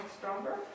stronger